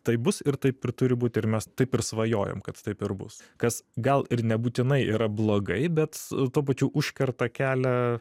taip bus ir taip ir turi būti ir mes taip ir svajojom kad taip ir bus kas gal ir nebūtinai yra blogai bet tuo pačiu užkerta kelią